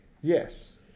Yes